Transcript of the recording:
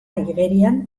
igerian